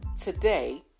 today